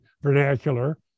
vernacular